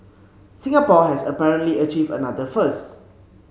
Singapore has apparently achieved another first